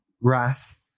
wrath